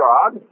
God